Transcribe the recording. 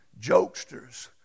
jokesters